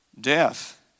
death